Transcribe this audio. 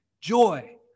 joy